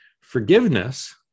Forgiveness